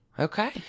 Okay